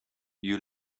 you